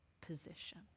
position